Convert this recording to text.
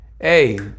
Hey